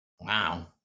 Wow